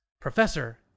professor